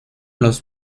los